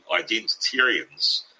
identitarians